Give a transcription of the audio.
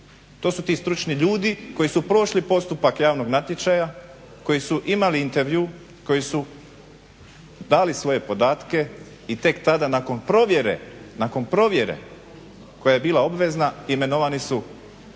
To su ti stručni ljudi koji su prošli postupak javnog natječaja, koji su imali intervju, koji su dali svoje podatke i tek tada nakon provjere, nakon provjere koja je bila obvezna imenovani su